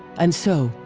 and so,